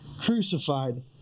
crucified